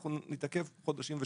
אנחנו נתעכב חודשים ושנים.